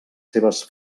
seves